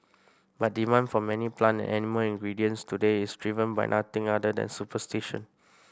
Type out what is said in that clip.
but demand for many plan animal ingredients today is driven by nothing other than superstition